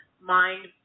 mind